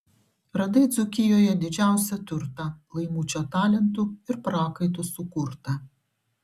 radai dzūkijoje didžiausią turtą laimučio talentu ir prakaitu sukurtą